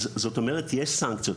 אז זאת אומרת שיש סנקציות.